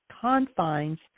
confines